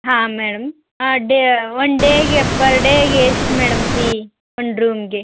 ಹಾಂ madam day one ಡೇಗೆ per ಡೇಗೆ ಎಷ್ಟು ಮೇಡಮ್ ಫೀ ಒನ್ ಡ್ರೂಮಿಗೆ